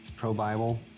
pro-Bible